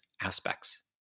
aspects